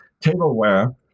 tableware